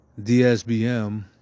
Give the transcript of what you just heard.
DSBM